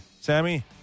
Sammy